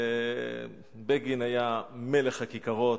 ובגין היה מלך הכיכרות,